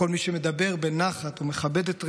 כל מי שמדבר בנחת ומכבד את רעהו,